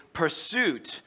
pursuit